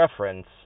reference